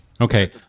okay